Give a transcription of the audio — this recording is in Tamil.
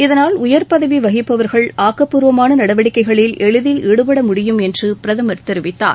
இதனால் உயர் பதவிவகிப்பவர்கள் ஆக்கப்பூர்வமானநடவடிக்கைகளில் எளிதில் ஈடுபட முடியும் என்றுபிரதமர் தெரிவித்தார்